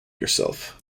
yourself